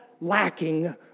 lacking